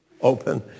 open